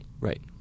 Right